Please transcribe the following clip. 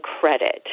credit